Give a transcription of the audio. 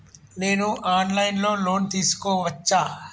నేను online లో loan తీసుకోవచ్చా?